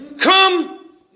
come